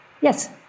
Yes